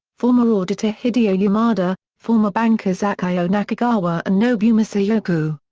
former auditor hideo yamada, former bankers akio nakagawa and nobumasa yokoo,